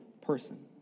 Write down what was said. person